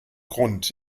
grund